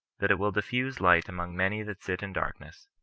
that it will diffuse light among many that sit in darkness,